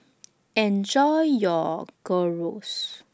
Enjoy your Gyros